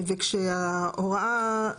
וכשההוראה,